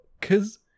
Cause